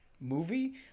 movie